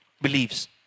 Believes